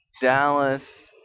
Dallas